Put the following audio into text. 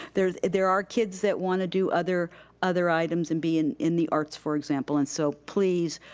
there there are kids that wanna do other other items and be in in the arts, for example, and so please,